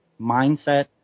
mindset